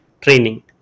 training